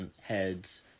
heads